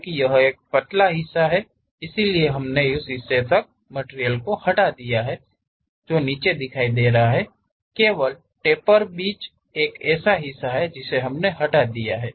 क्योंकि यह एक पतला है इसलिए हमने उस हिस्से तक उस मटिरियल को हटा दिया है नीचे दिखाई दे रहा है केवल टैपर बीच एक ऐसा हिस्सा जिसे हमने हटा दिया है